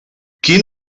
quin